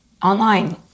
online